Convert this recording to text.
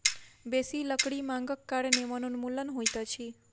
बेसी लकड़ी मांगक कारणें वनोन्मूलन होइत अछि